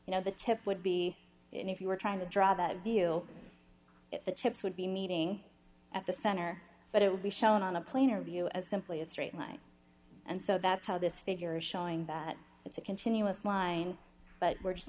you know the tip would be if you were trying to draw that view the tips would be meeting at the center but it would be shown on a plane or view as simply a straight line and so that's how this figure is showing that it's a continuous line but we're just